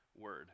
word